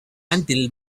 until